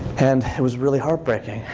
and it was really heartbreaking.